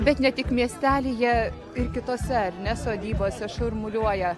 bet ne tik miestelyje ir kitose ar ne sodybose šurmuliuoja